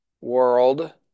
World